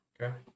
Okay